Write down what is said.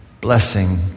blessing